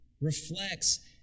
reflects